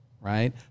right